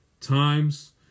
times